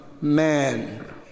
man